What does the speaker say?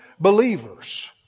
Believers